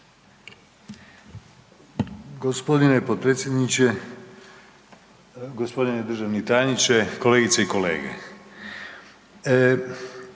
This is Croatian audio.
Hvala. g. Potpredsjedniče, g. državni tajniče, kolegice i kolege.